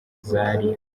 zari